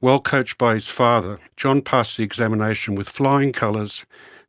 well coached by his father, john passed the examination with flying colours